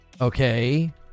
Okay